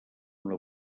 una